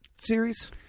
series